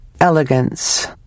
Elegance